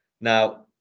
Now